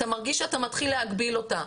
אתה מרגיש שאתה מתחיל להגביל אותה,